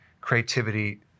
creativity